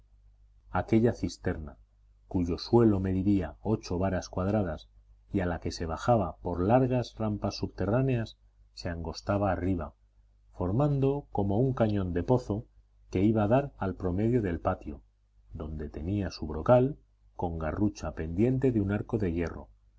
aquella cisterna cuyo suelo mediría ocho varas cuadradas y a la que se bajaba por largas rampas subterráneas se angostaba arriba formando como un cañón de pozo que iba a dar al promedio del patio donde tenía su brocal con garrucha pendiente de un arco de hierro